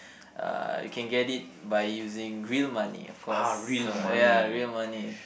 uh you can get it by using real money of course so ya real money